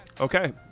Okay